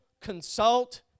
consult